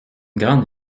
grande